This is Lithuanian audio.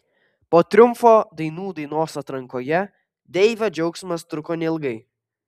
po triumfo dainų dainos atrankoje deivio džiaugsmas truko neilgai